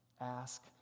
ask